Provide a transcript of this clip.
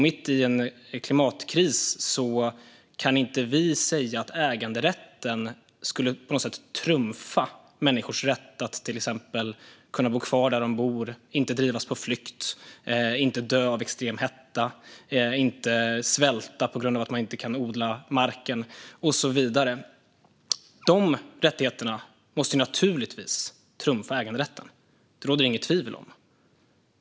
Mitt i en klimatkris kan inte vi säga att äganderätten på något sätt skulle trumfa människors rätt att till exempel bo kvar där de bor, inte drivas på flykt, inte dö på grund av extrem hetta, inte svälta på grund av att de inte kan odla marken och så vidare. De rättigheterna måste naturligtvis trumfa äganderätten. Det råder det inget tvivel om.